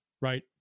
right